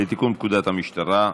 לתיקון פקודת המשטרה.